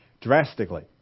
Drastically